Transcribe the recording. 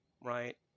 right